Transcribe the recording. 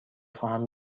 خواهم